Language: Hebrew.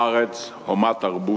הארץ הומה תרבות,